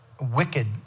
wicked